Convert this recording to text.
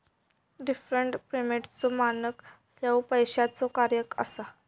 deferred पेमेंटचो मानक ह्या पैशाचो कार्य असा